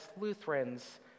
Lutherans